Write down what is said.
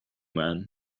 man